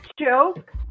joke